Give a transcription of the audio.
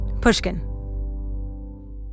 Pushkin